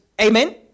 Amen